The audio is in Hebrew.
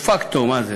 דה-פקטו, מה זה,